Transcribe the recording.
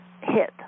hit